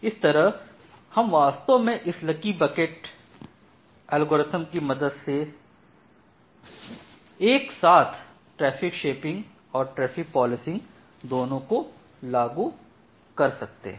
इस तरह हम वास्तव में इस लीकी बकेट एल्गोरिथ्म की मदद से एक साथ ट्रैफिक शेपिंग और ट्रैफिक पोलिसिंग दोनों को लागू कर सकते हैं